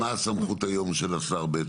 מה הסמכות היום של השר?